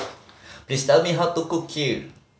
please tell me how to cook Kheer